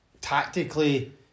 tactically